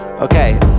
Okay